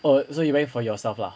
oh so you buying for yourself lah